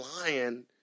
lying